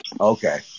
Okay